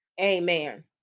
Amen